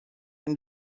and